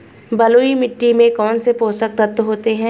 बलुई मिट्टी में कौनसे पोषक तत्व होते हैं?